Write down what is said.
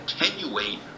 attenuate